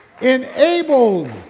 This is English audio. Enabled